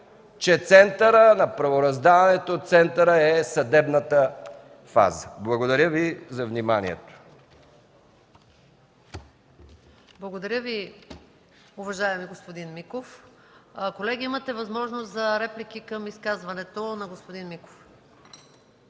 че центърът на правораздаването е съдебната фаза. Благодаря Ви за вниманието. ПРЕДСЕДАТЕЛ МАЯ МАНОЛОВА: Благодаря Ви, уважаеми господин Миков. Колеги, имате възможност за реплики към изказването на господин Миков.